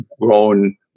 grown